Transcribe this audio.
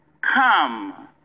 come